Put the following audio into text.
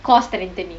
core strengthening